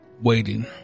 waiting